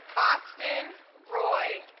austin roy